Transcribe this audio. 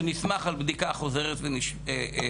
שנסמך על בדיקה חוזרת ונשנית,